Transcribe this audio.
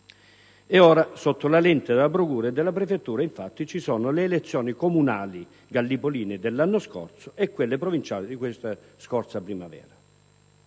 sotto la lente della procura e della prefettura ci sono le elezioni comunali gallipoline dell'anno scorso e quelle provinciali della scorsa primavera.